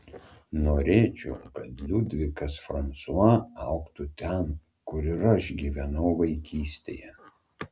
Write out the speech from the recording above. norėčiau kad liudvikas fransua augtų ten kur ir aš gyvenau vaikystėje